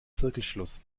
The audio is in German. zirkelschluss